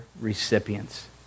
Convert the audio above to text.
recipients